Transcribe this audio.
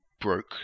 broke